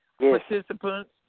Participants